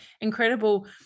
incredible